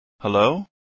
hello